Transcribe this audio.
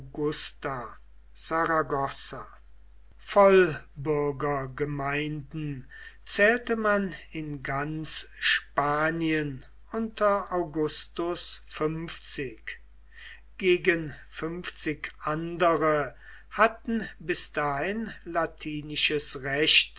saragossa vollbürgergemeinden zählte man in ganz spanien unter augustus fünfzig gegen fünfzig andere hatten bis dahin latinisches recht